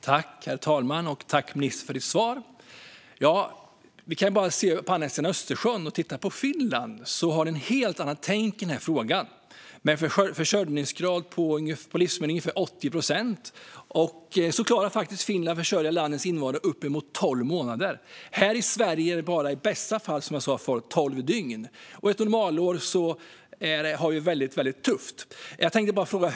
Herr talman! Jag tackar ministern för svaret. Låt oss gå till andra sidan Östersjön och Finland där man har ett helt annat tänk i denna fråga. Med en försörjningsgrad på ungefär 80 procent klarar Finland att försörja landets invånare med livsmedel i upp till tolv månader. I Sverige går det i bästa fall i tolv dygn, och ett normalår har vi det väldigt tufft.